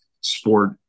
sport